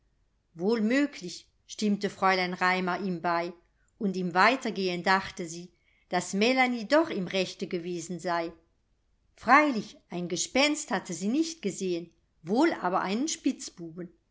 wohl möglich stimmte fräulein raimar ihm bei und im weitergehen dachte sie daß melanie doch im rechte gewesen sei freilich ein gespenst hatte sie nicht gesehen wohl aber einen spitzbuben